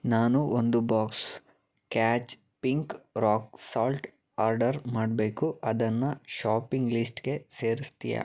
ನಾನು ಒಂದು box Catch pink rock salt order ಮಾಡಬೇಕು ಅದನ್ನ ಷಾಪಿಂಗ್ ಲಿಸ್ಟಿಗೆ ಸೇರಿಸ್ತೀಯಾ